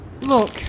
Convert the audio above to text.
Look